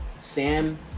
Sam